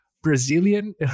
brazilian